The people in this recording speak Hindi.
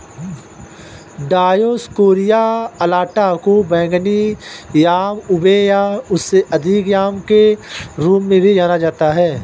डायोस्कोरिया अलाटा को बैंगनी याम उबे या उससे अधिक याम के रूप में भी जाना जाता है